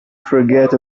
forget